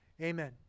amen